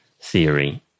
theory